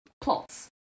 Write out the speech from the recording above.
Plots